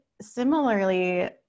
similarly